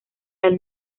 del